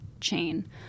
chain